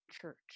church